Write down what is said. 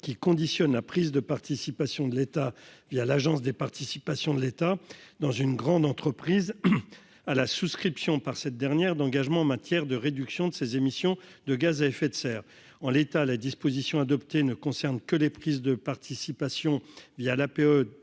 qui conditionne la prise de participation de l'État, via l'Agence des participations de l'État dans une grande entreprise à la souscription par cette dernière d'engagements en matière de réduction de ses émissions de gaz à effet de serre en l'état la disposition adoptée ne concerne que les prises de participation via l'APE